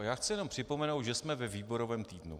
Já chci jenom připomenout, že jsme ve výborovém týdnu.